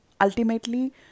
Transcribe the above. Ultimately